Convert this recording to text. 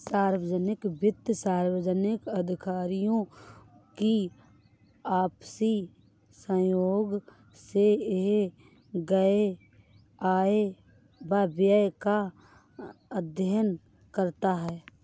सार्वजनिक वित्त सार्वजनिक अधिकारियों की आपसी सहयोग से किए गये आय व व्यय का अध्ययन करता है